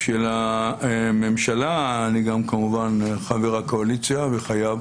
של הממשלה, אני גם כמובן חבר הקואליציה וחייב